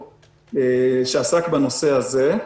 שעסק בנושא הזה.